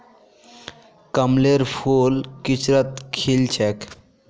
कमलेर फूल किचड़त खिल छेक